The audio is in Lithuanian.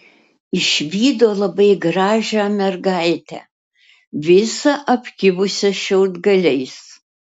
išvydo labai gražią mergaitę visą apkibusią šiaudgaliais